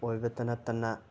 ꯑꯣꯏꯕꯇ ꯅꯠꯇꯅ